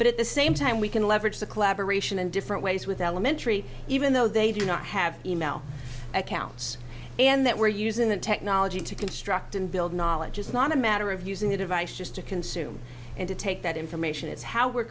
but at the same time we can leverage the collaboration in different ways with elementary even though they do not have e mail accounts and that we're using the technology to construct and build knowledge is not a matter of using the device just to consume and to take that information is how we're